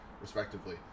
respectively